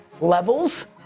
levels